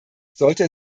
sollte